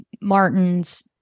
Martin's